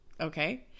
Okay